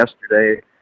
yesterday